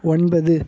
ஒன்பது